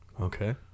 Okay